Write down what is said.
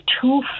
two